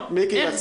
ברוח האחדות,